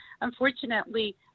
unfortunately